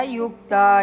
yukta